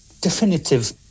definitive